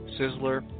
Sizzler